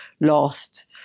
lost